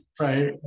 Right